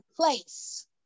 place